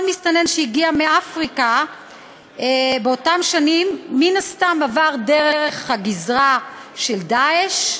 כל מסתנן שהגיע מאפריקה באותן שנים מן הסתם עבר דרך הגזרה של "דאעש",